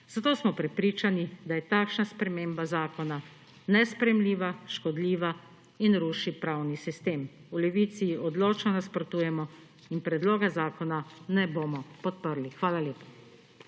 zato smo prepričani, da je takšna sprememba zakona nesprejemljiva, škodljiva in ruši pravni sistem. V Levici odločno nasprotujemo in predloga zakona ne bomo podprli. Hvala lepa.